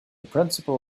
principle